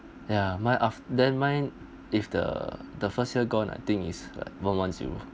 ya mine aft~ then mine if the the first year gone I think is like one one zero